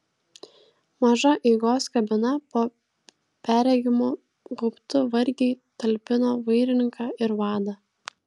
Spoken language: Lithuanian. maža eigos kabina po perregimu gaubtu vargiai talpino vairininką ir vadą